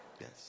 Yes